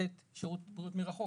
לתת שירות בריאות מרחוק.